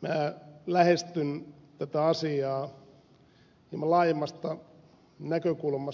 minä lähestyn tätä asiaa hieman laajemmasta näkökulmasta